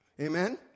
Amen